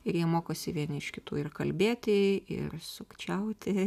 ir jie mokosi vieni iš kitų ir kalbėti ir sukčiauti